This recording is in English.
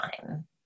time